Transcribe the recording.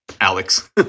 alex